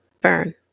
Burn